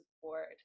support